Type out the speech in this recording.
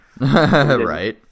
right